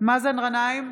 מאזן גנאים,